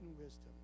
wisdom